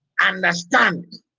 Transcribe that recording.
understand